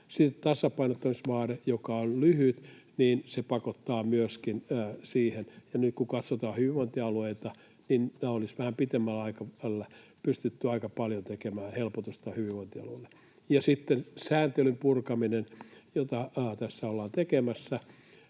Myöskin tasapainottamisvaade, joka on lyhyt, pakottaa siihen. Nyt kun katsotaan hyvinvointialueita, niin olisi vähän pitemmällä aikavälillä pystytty tekemään aika paljon helpotusta hyvinvointialueille. Sitten sääntelyn purkaminen, jota tässä ollaan tekemässä,